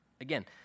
Again